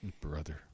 Brother